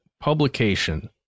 publication